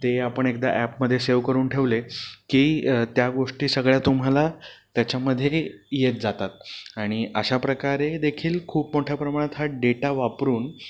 ते आपण एकदा ॲपमध्ये सेव करून ठेवले की त्या गोष्टी सगळ्या तुम्हाला त्याच्यामध्ये येत जातात आणि अशा प्रकारे देखील खूप मोठ्या प्रमाणात हा डेटा वापरून